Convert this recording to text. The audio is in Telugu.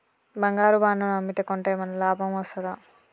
బంగారు బాండు ను అమ్మితే కొంటే ఏమైనా లాభం వస్తదా?